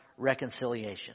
reconciliation